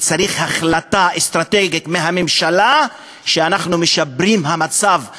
צריך החלטה אסטרטגית של הממשלה שאנחנו משפרים את המצב בגליל.